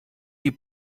die